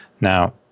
Now